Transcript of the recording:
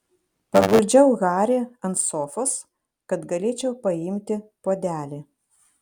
paguldžiau harį ant sofos kad galėčiau paimti puodelį